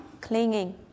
clinging